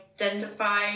identify